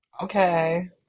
Okay